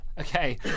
Okay